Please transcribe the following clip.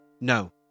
No